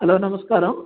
hello നമസ്കാരം